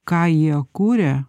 ką jie kuria